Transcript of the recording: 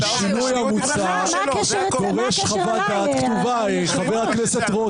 מה זה אין לי זמן לשמוע חברי כנסת?